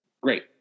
Great